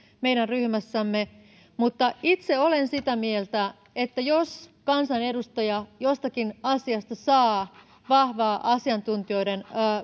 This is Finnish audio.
meidän ryhmässämme mutta itse olen sitä mieltä että jos kansanedustaja jostakin asiasta saa vahvaa asiantuntijoiden